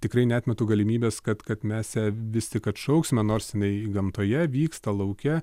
tikrai neatmetu galimybės kad kad mes ją vis tik atšauksime nors jinai gamtoje vyksta lauke